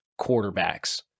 quarterbacks